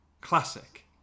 Classic